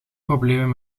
problemen